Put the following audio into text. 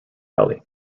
belly